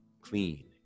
clean